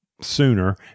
sooner